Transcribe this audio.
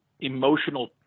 emotional